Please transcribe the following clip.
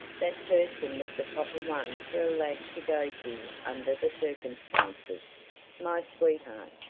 that person was the proper one for a lad to go to under the circumstances my sweetheart,